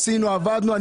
ועשינו ועבדנו.